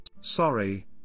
Sorry